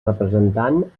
representant